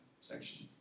section